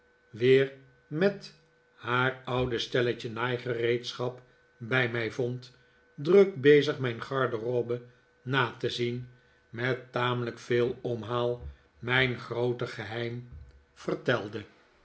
weer met haar oude stelletje naaigereedschap bij mij vond druk bezig mijn garderobe na te zien met tamelijk veel omhaal mijn groote geheim v